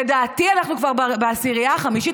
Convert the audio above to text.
לדעתי אנחנו כבר בעשירייה החמישית,